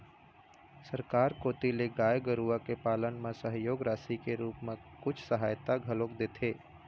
सरकार कोती ले गाय गरुवा के पालन म सहयोग राशि के रुप म कुछ सहायता घलोक देथे